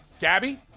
Gabby